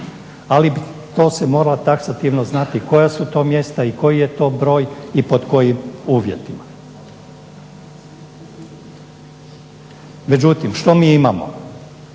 Ali to se mora taksativno znati koja su to mjesta i koji je to broj i pod kojim uvjetima. Međutim, što mi imamo?